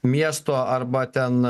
miesto arba ten